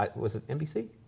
but was it nbc?